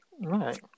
Right